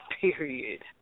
period